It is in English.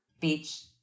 Beach